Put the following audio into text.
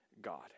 God